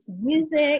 music